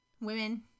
women